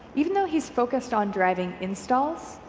even though he's focused on driving installs,